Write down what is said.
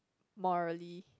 morally